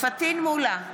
פטין מולא,